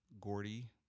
Gordy